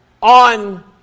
On